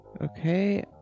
Okay